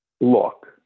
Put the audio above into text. Look